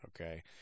okay